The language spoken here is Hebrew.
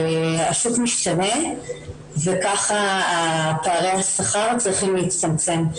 השוק משתנה וכך פערי השכר צריכים להצטמצם.